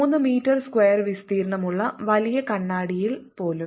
3 metre square വിസ്തീർണ്ണമുള്ള വലിയ കണ്ണാടിയിൽ പോലും